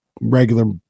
regular